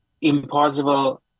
impossible